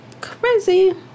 crazy